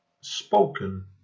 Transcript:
Spoken